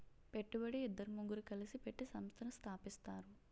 పెట్టుబడి ఇద్దరు ముగ్గురు కలిసి పెట్టి సంస్థను స్థాపిస్తారు